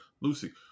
Lucy